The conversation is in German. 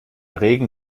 regen